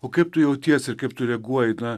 o kaip tu jautiesi ir kaip tu reaguoji na